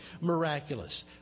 miraculous